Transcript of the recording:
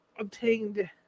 obtained